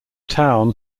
town